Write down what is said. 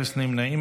אפס נמנעים,